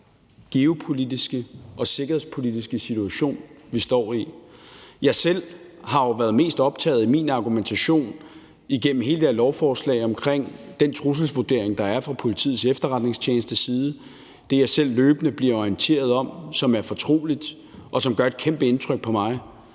geopolitiske og sikkerhedspolitiske situation, vi står i. Jeg selv har jo i min argumentation igennem hele det her lovforslag været mest optaget af den trusselsvurdering, der er fra Politiets Efterretningstjenestes side. Det er det, jeg selv løbende bliver orienteret om, som er fortroligt, og som gør et kæmpe indtryk på mig.